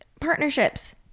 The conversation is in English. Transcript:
partnerships